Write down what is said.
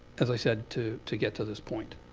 as i said, to to get to this point.